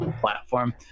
platform